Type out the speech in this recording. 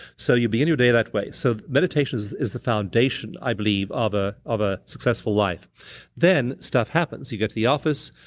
so you begin your day that way. so meditation is is the foundation, i believe of a successful life then, stuff happens. you get to the office.